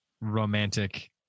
romantic